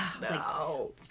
no